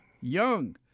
young